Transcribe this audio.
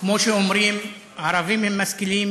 כמו שאומרים: ערבים הם משכילים,